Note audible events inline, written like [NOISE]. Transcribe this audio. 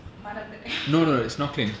மறந்துட்டேன்:marandhutten [LAUGHS]